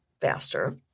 faster